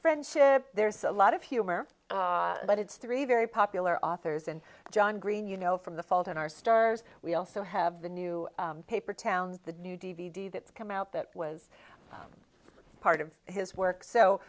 friendship there's a lot of humor but it's three very popular authors and john green you know from the fault in our stars we also have the new paper towns the new d v d that's come out that was part of his work so